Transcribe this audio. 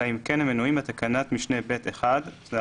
אלא אם כן הם מנויים בתקנת משנה (ב)(1) ,